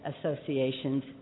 associations